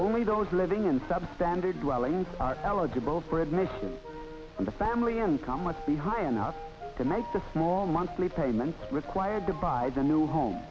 only those living in substandard dwellings are eligible for admission in the family income must be high enough to make the small monthly payments required to buy the new home